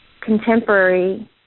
contemporary